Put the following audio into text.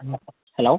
hello